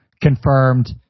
confirmed